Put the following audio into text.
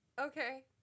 okay